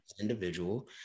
individual